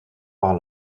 par